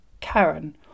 Karen